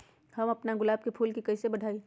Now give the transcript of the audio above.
हम अपना गुलाब के फूल के कईसे बढ़ाई?